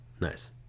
Nice